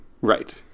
Right